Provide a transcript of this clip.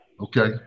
Okay